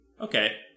Okay